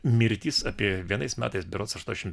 mirtys apie vienais metais berods aštuoniasdešimt